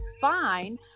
fine